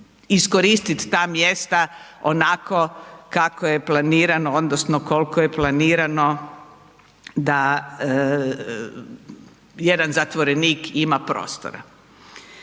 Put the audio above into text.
iskoristiti ta mjesta onako kako je planirano odnosno koliko je planirano da jedan zatvorenik ima prostora.